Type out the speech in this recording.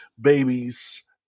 babies